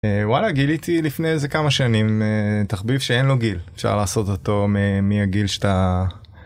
וואלה גיליתי לפני איזה כמה שנים תחביב שאין לו גיל אפשר לעשות אותו מהגיל שאתה.